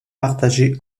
partagée